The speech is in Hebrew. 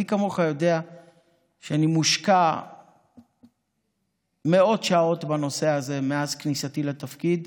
ומי כמוך יודע שאני מושקע מאות שעות בנושא הזה מאז כניסתי לתפקיד,